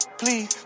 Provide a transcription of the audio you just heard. please